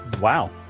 Wow